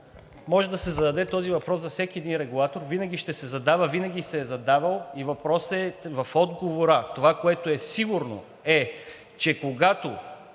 Може да се зададе този въпрос за всеки един регулатор. Винаги ще се задава, винаги се е задавал и въпросът е в отговора. Това, което е сигурно, е, че когато